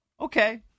Okay